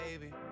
Baby